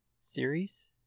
series